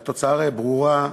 והתוצאה הרי ברורה: